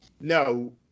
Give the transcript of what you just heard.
no